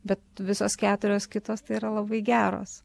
bet visos keturios kitos tai yra labai geros